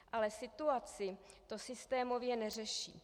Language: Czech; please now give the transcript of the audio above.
Ale situaci to systémově neřeší.